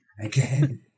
Again